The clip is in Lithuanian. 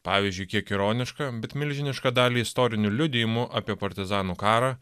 pavyzdžiui kiek ironiška bet milžinišką dalį istorinių liudijimų apie partizanų karą